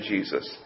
Jesus